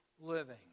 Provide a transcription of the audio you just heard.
living